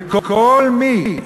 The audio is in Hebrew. וכל מי,